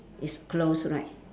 is closed right